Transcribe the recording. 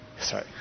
Sorry